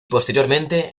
posteriormente